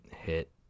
hit